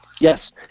Yes